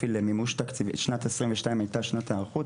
שנת 2022 הייתה שנת היערכות,